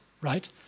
right